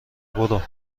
برو